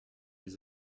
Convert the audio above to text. des